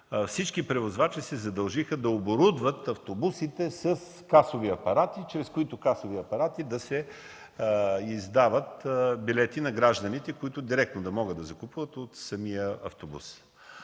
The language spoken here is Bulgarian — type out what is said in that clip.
Всички превозвачи се задължиха да оборудват автобусите с касови апарати, чрез които да се издават билети на гражданите, които директно да могат да закупуват от самия автобус.